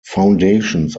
foundations